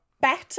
better